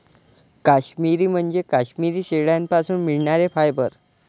काश्मिरी म्हणजे काश्मिरी शेळ्यांपासून मिळणारे फायबर